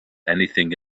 anything